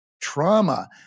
trauma